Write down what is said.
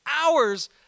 hours